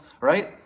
right